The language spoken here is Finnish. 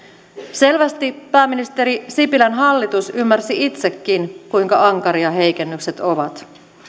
selvästi pääministeri sipilän hallitus ymmärsi itsekin kuinka ankaria heikennykset ovat